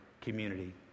community